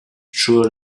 sure